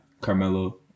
Carmelo